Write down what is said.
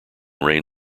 rain